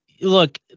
look